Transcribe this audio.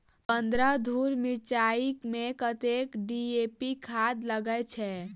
पन्द्रह धूर मिर्चाई मे कत्ते डी.ए.पी खाद लगय छै?